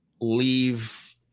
leave